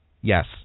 Yes